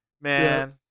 man